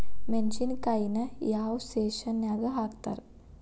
ಮೆಣಸಿನಕಾಯಿನ ಯಾವ ಸೇಸನ್ ನಾಗ್ ಹಾಕ್ತಾರ?